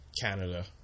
Canada